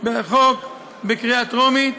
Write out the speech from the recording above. בחוק בקריאה טרומית